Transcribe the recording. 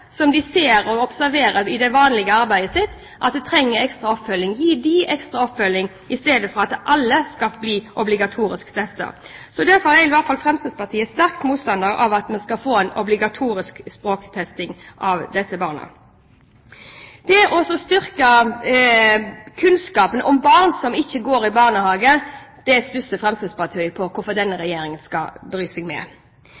som de ser og observerer i det vanlige arbeidet sitt trenger ekstra oppfølging, og gi dem ekstra oppfølging i stedet for at alle skal bli obligatorisk testet. Derfor er Fremskrittspartiet i alle fall sterk motstander av at vi skal få en obligatorisk språktesting av disse barna. Det å styrke kunnskapen om barn som ikke går i barnehage, stusser Fremskrittspartiet over hvorfor denne